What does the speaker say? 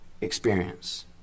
experience